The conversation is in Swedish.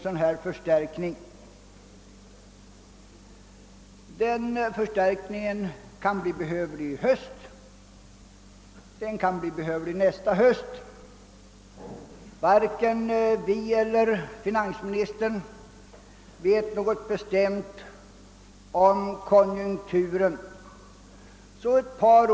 Den förstärkning som den avgiften betyder kan bli behövlig i höst, kanske nästa vår, kanske senare. Varken vi eller finansministern vet något bestämt om kommande konjunkturer.